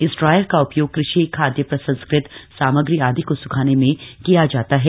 इस ड्रायर का उपयोग कृषि खादय प्रसंस्कृत सामग्री आदि को सुखाने में किया जाता है